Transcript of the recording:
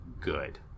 good